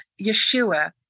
Yeshua